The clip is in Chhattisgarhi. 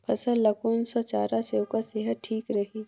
पशु ला कोन स चारा से ओकर सेहत ठीक रही?